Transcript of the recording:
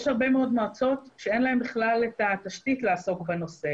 יש הרבה מאוד מועצות שאין להן בכלל את התשתית לעסוק בנושא,